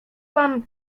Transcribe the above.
pan